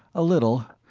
a little.